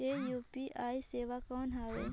ये यू.पी.आई सेवा कौन हवे?